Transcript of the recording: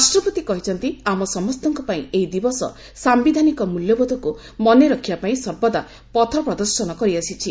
ରାଷ୍ଟ୍ରପତି କହିଛନ୍ତି ଆମ ସମସ୍ତଙ୍କ ପାଇଁ ଏହି ଦିବସ ସାୟିଧାନିକ ମ୍ବଲ୍ୟବୋଧକୁ ମନେ ରଖିବା ପାଇଁ ସର୍ବଦା ପଥ ପ୍ରଦର୍ଶନ କରିଆସିଛି